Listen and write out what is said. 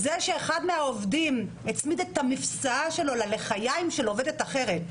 זה שאחד מהעובדים הצמיד את המפשעה שלו ללחיים של עובדת אחרת,